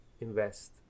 invest